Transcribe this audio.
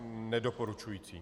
Nedoporučující.